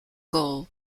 goal